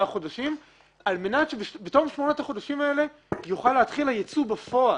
חודשים על מנת שבתוך שמונת החודשים האלה יוכל להתחיל הייצוא בפועל.